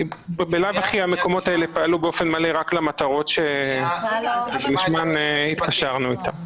כי בלאו הכי המקומות האלה פעלו באופן מלא רק למטרות שלשמן התקשרנו איתם.